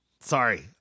Sorry